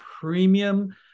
premium